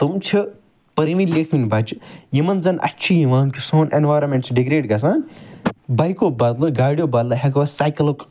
تِم چھِ پٔرمتۍ لیٚکھمٕتۍ بَچہِ یمن زَن اَتھہِ چھُ یِوان کہِ سون ایٚنویٚرانمیٚنٛٹ چھُ ڈِگریڈ گَژھان بایکو بَدلہٕ گاڈیٚو بَدلہٕ ہیٚکو أسۍ سایکَلُک